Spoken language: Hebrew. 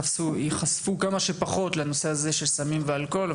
וייחשפו כמה שפחות לנושא של סמים ואלכוהול,